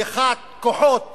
שליחת כוחות